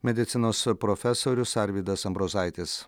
medicinos profesorius arvydas ambrozaitis